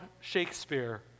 Shakespeare